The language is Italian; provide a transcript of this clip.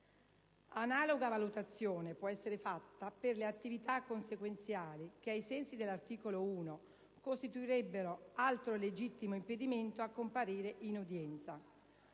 Analoga valutazione può esser fatta per le attività "consequenziali" che, ai sensi dell'articolo 1, costituirebbero altro legittimo impedimento a comparire in udienza.